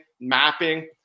mapping